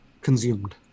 consumed